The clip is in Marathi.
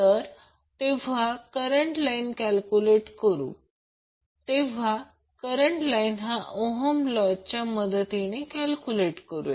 तर जेव्हा लाईन करंट कॅल्क्युलेट करू तेव्हा लाईन करंट हा ओहम लॉच्या मदतीने कॅल्क्युलेट करू